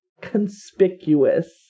conspicuous